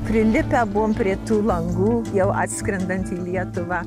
prilipę buvome prie tų langų jau atskrendant į lietuvą